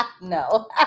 No